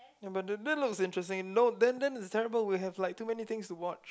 ya but that that looks interesting no then then the terrible we have like too many things to watch